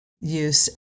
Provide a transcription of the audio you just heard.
use